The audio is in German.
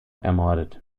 ermordet